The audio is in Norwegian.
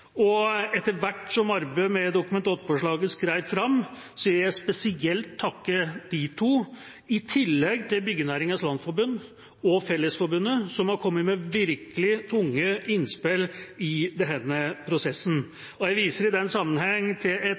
og etter hvert som arbeidet med Dokument 8-forslaget skred fram, vil jeg spesielt takke de to, i tillegg til Byggenæringens Landsforening og Fellesforbundet, som virkelig har kommet med tunge innspill i denne prosessen. Jeg viser i den sammenheng til